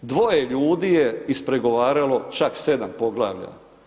Dvoje ljudi je ispregovaralo čak 7 poglavlja.